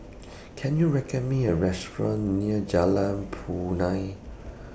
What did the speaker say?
Can YOU record Me A Restaurant near Jalan Punai